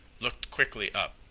looked quickly up.